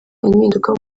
impinduka